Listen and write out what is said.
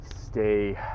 stay